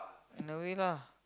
in a way lah